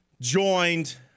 Joined